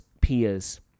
peers